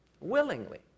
Willingly